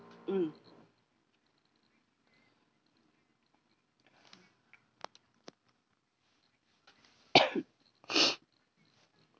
mm